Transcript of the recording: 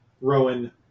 Rowan